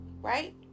right